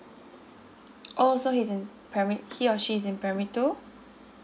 oh so he's in primary he or she is in primary two